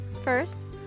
First